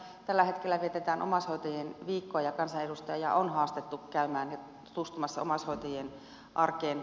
tällä hetkellä vietetään omaishoitajien viikkoa ja kansanedustajia on haastettu käymään tutustumassa omaishoitajien arkeen